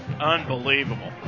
Unbelievable